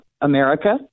america